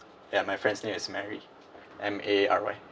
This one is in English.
yeah my friend's name is mary M A R Y